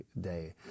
day